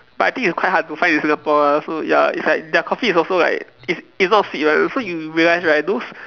but I think it's quite hard to find in Singapore lah so ya it's like their coffee is also like it's it's not sweet one so you realise right those